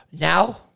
now